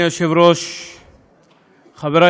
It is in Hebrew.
תודה, זה לא יום לימודים ארוך, חבר הכנסת שטרן.